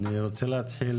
אני רוצה להתחיל,